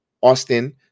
Austin